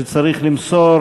שצריך למסור